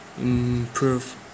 improve